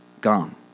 Gone